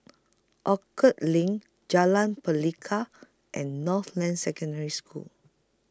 Orchard LINK Jalan Pelikat and Northland Secondary School